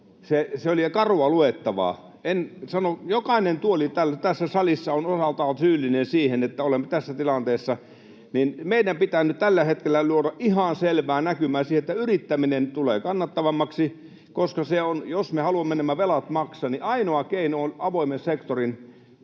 Se oli karua luettavaa. Jokainen tuoli tässä salissa on osaltaan syyllinen siihen, että olemme tässä tilanteessa. Meidän pitää nyt tällä hetkellä luoda ihan selvää näkymää siihen, että yrittäminen tulee kannattavammaksi, koska jos me haluamme nämä velat maksaa, niin ainoa keino on avoimen sektorin